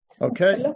Okay